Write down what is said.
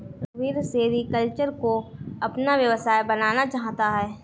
रघुवीर सेरीकल्चर को अपना व्यवसाय बनाना चाहता है